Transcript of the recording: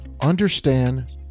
understand